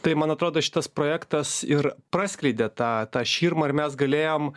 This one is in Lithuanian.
tai man atrodo šitas projektas ir praskleidė tą tą širmą ir mes galėjom